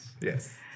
Yes